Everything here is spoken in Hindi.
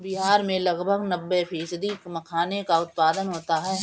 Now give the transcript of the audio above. बिहार में लगभग नब्बे फ़ीसदी मखाने का उत्पादन होता है